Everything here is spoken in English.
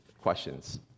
questions